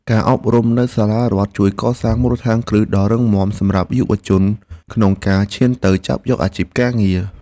ការអប់រំនៅសាលារដ្ឋជួយកសាងមូលដ្ឋានគ្រឹះដ៏រឹងមាំសម្រាប់យុវជនក្នុងការឈានទៅចាប់យកអាជីពការងារ។